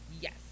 yes